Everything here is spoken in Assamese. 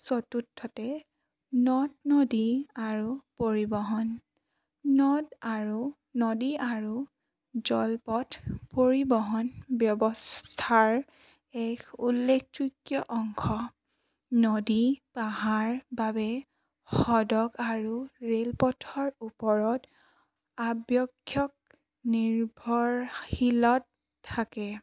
চতুৰ্থতে নদ নদী আৰু পৰিবহণ নদ আৰু নদী আৰু জলপথ পৰিবহণ ব্যৱস্থাৰ এক উল্লেখযোগ্য অংশ নদী পাহাৰ বাবে সদক আৰু ৰেলপথৰ ওপৰত নিৰ্ভৰশীলত থাকে